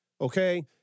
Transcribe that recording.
okay